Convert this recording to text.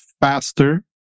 faster